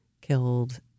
killed